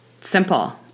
simple